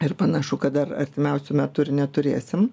ir panašu kad ar artimiausiu metu ir neturėsim